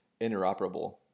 interoperable